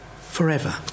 forever